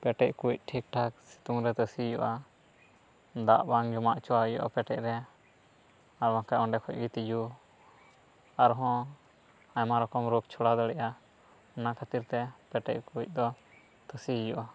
ᱯᱮᱴᱮᱡ ᱠᱩᱡ ᱴᱷᱤᱠ ᱴᱷᱟᱠ ᱥᱤᱛᱩᱝ ᱨᱮ ᱛᱟᱹᱥᱤ ᱦᱩᱭᱩᱜᱼᱟ ᱫᱟᱜ ᱵᱟᱝ ᱡᱚᱢᱟ ᱚᱪᱚᱭᱟᱜ ᱦᱩᱭᱩᱜᱼᱟ ᱯᱮᱴᱮᱡ ᱨᱮ ᱟᱨ ᱵᱟᱝᱠᱷᱟᱱ ᱚᱲᱮ ᱠᱷᱚᱱ ᱜᱮ ᱛᱤᱡᱩ ᱟᱨᱦᱚᱸ ᱟᱭᱢᱟ ᱨᱚᱠᱚᱢ ᱨᱳᱜᱽ ᱪᱷᱚᱲᱟᱣ ᱫᱟᱲᱮᱭᱟᱜᱼᱟ ᱚᱱᱟ ᱠᱷᱟᱹᱛᱤᱨ ᱛᱮ ᱯᱮᱴᱮᱡ ᱠᱩᱡ ᱫᱚ ᱛᱟᱹᱥᱤ ᱦᱩᱭᱩᱜᱼᱟ